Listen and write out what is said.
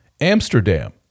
Amsterdam